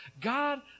God